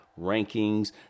rankings